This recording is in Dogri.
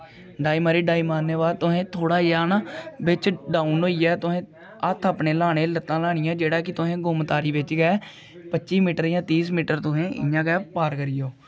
डाई मारी डाई मारने दे बाद तुसें ना थोह्ड़ा जेहा ना बिच डाउन होइया तुसें हत्थ अपने ल्हाने लत्तां ल्हानियां जेह्ड़ा कि तुसें गुम तारी बिच गै पच्ची मीटर जां तीस मीटर तुसें इ'यां गै पार करी जाओ